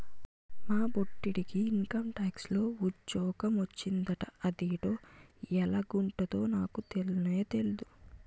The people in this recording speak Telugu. మా బొట్టిడికి ఇంకంటాక్స్ లో ఉజ్జోగ మొచ్చిందట అదేటో ఎలగుంటదో నాకు తెల్నే తెల్దు